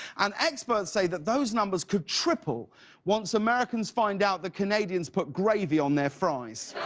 and experts say that those numbers could triple once americans find out the canadians put gravy on their fries.